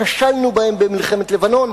כשלנו בהם במלחמת לבנון,